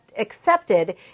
accepted